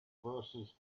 verses